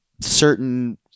certain